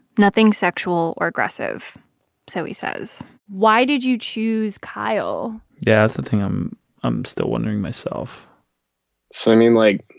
nothing sexual or aggressive so he says why did you choose kyle? yeah, that's the thing i'm um still wondering myself so, i mean, like,